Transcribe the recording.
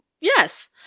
yes